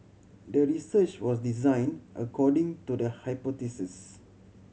the research was designed according to the hypothesis